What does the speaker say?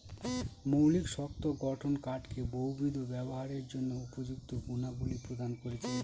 মৌলিক শক্ত গঠন কাঠকে বহুবিধ ব্যবহারের জন্য উপযুক্ত গুণাবলী প্রদান করেছে